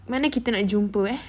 mana kita nak jumpa